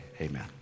Amen